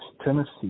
Tennessee